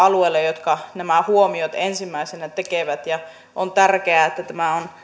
alueella jotka nämä huomiot ensimmäisenä tekevät on tärkeää että tämä toimivalta on